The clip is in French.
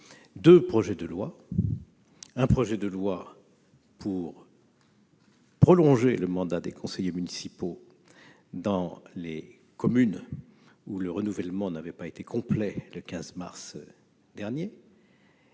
deux projets de loi : le premier prévoyait la prolongation du mandat des conseillers municipaux dans les communes où le renouvellement n'avait pas été complet le 15 mars dernier